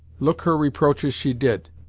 look her reproaches she did,